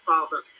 Father